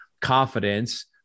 confidence